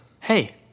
hey